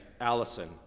Allison